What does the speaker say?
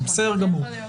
בסדר גמור,